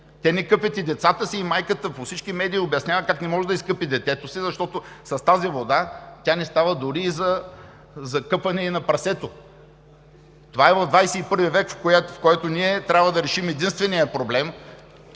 те не къпят и децата си и майката по всички медии обяснява как не може да изкъпе детето си, защото тази вода не става дори и за къпане на прасето. Това е в XXI в., в който ние трябва да решим единствения проблем.